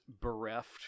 bereft